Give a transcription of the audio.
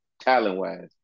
talent-wise